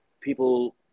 people